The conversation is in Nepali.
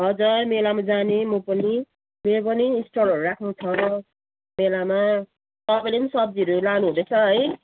हजुर मेलामा जाने म पनि मेरो पनि स्टलहरू राख्नु छ मेलामा तपाईँले पनि सब्जीहरू लानुहुँदैछ है